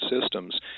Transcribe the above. systems